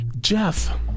Jeff